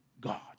God